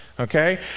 Okay